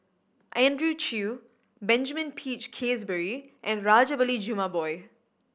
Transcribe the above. Andrew Chew Benjamin Peach Keasberry and Rajabali Jumabhoy